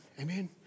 Amen